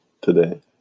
today